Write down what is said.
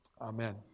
Amen